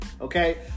Okay